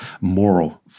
moral